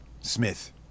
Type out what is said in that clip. Smith